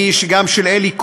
היא גם של אלי כהן,